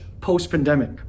post-pandemic